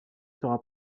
sera